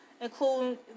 including